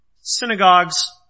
synagogues